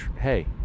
hey